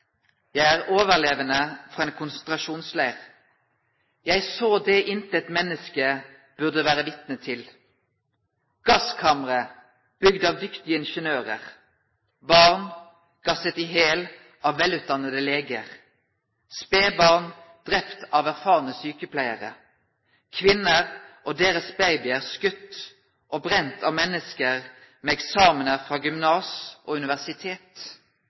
Jeg er overlevende fra en konsentrasjonsleir. Jeg så det som intet menneske burde være vitne til: Gasskamre bygd av dyktige ingeniører. Barn gasset i hjel av velutdannete leger. Spedbarn drept av erfarne sykepleiere. Kvinner og deres babyer skutt og brent av mennesker med eksamener fra gymnas og universitet.